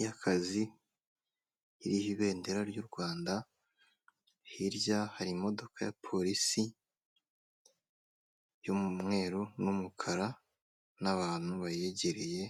y'akazi iriho ibendera ry'u Rwanda, hirya hari imodoka ya polisi y'umweru n'umukara n'abantu bayegereye.